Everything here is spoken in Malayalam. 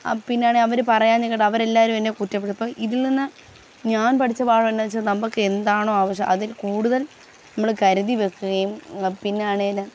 പിന്നെയാണെങ്കിൽ അവർ അവർ എല്ലാവരും എന്നെ കുറ്റപ്പെടുത്തും ഇതിൽനിന്ന് ഞാൻ പഠിച്ച പാഠം എന്താണെന്ന് വെച്ചാൽ നമുക്ക് എന്താണോ ആവശ്യം അതിൽ കൂടുതൽ നമ്മൾ കരുതിവെക്കുകയും പിന്നാണേല്